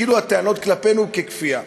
כאילו הטענות כלפינו על כפייה.